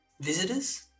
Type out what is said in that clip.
visitors